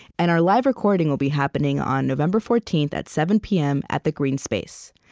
and our live recording will be happening on november fourteen at seven p m. at the greene space.